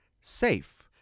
SAFE